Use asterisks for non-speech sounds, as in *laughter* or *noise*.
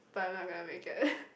but I'm not gonna make it *breath*